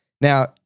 Now